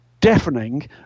deafening